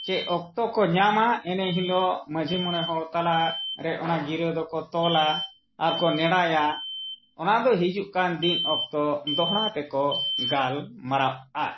ᱪᱮᱫ ᱚᱠᱛᱚ ᱠᱚ ᱧᱟᱢᱟ ᱮᱱᱮ ᱦᱤᱞᱳᱜ ᱢᱟᱺᱡᱷᱤ ᱢᱚᱬᱮ ᱦᱚᱲ ᱛᱟᱞᱟ ᱨᱮ ᱚᱱᱟ ᱜᱤᱨᱟᱹ ᱫᱚᱠᱚ ᱛᱚᱞᱟ ᱟᱨᱠᱚ ᱱᱮᱰᱟᱭᱟ ᱚᱱᱟ ᱫᱚ ᱦᱤᱡᱩᱜ ᱠᱟᱱ ᱫᱤᱱ ᱚᱠᱛᱚ ᱫᱚᱦᱲᱟ ᱛᱮᱠᱚ ᱜᱟᱞᱢᱟᱨᱟᱜᱼᱟ